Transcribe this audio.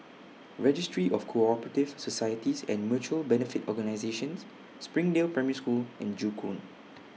Registry of Cooperative Societies and Mutual Benefit Organisations Springdale Primary School and Joo Koon